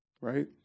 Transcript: right